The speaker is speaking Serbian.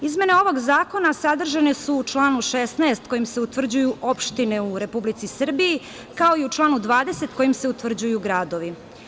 Izmene ovog zakona sadržane su u članu 16. kojim se utvrđuju opštine u Republici Srbiji, kao i u članu 20. kojim se utvrđuju gradovi.